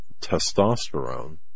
testosterone